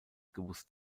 gewusst